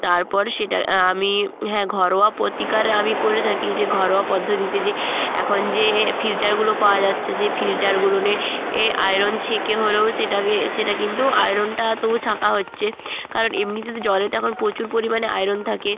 তারপর সেটা আমি হ্যাঁ ঘরোয়া প্রতিকার আমি করে থাকি যে ঘরোয়া পদ্ধতিতে যে এখন যে ফিল্টারগুলো পাওয়া যাচ্ছে সেই ফিল্টারগুলোতে এ আয়রন ছেঁকে হলেও সেটাকে সেটা কিন্তু আয়রনটা তো ছাঁকা হচ্ছে কারণ এমনিতে তো জলে তো এখন প্রচুর পরিমাণে আয়রন থাকে